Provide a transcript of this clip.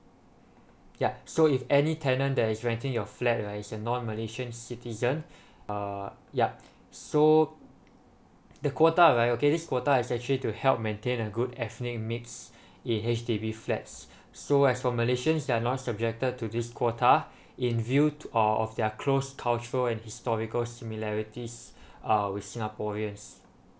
ya so if any tenant that is renting your flat right is a non malaysian citizen uh yup so the quota right okay this quota is actually to help maintain a good ethnic mix in H_D_B flats so as for malaysians they're not subjected to this quota in view to o~ of their close cultural and historical similarities uh with singaporeans